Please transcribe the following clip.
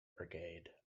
brigade